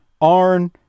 Arn